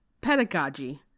Pedagogy